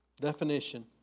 Definition